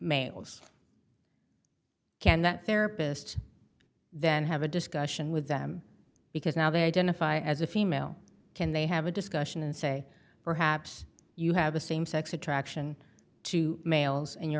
males can that therapist then have a discussion with them because now they identify as a female can they have a discussion and say perhaps you have a same sex attraction to males and you